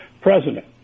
president